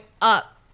up